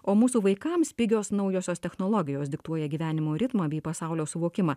o mūsų vaikams pigios naujosios technologijos diktuoja gyvenimo ritmą bei pasaulio suvokimą